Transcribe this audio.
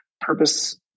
Purpose